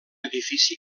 edifici